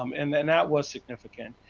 um and and that was significant.